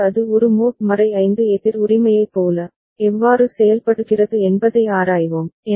பின்னர் அது ஒரு மோட் 5 எதிர் உரிமையைப் போல எவ்வாறு செயல்படுகிறது என்பதை ஆராய்வோம்